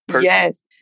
Yes